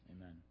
Amen